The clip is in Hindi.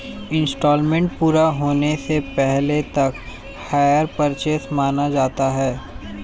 इन्सटॉलमेंट पूरा होने से पहले तक हायर परचेस माना जाता है